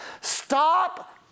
Stop